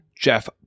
Jeff